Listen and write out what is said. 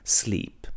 sleep